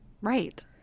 right